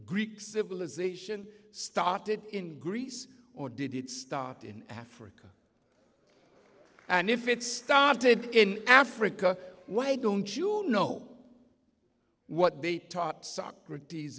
greek civilization started in greece or did it start in africa and if it started in africa why don't you all know what they taught socrates